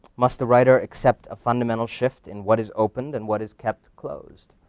must the writer accept a fundamental shift in what is opened and what is kept closed?